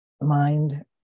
mind